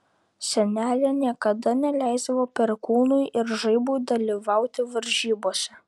senelė niekada neleisdavo perkūnui ir žaibui dalyvauti varžybose